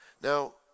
Now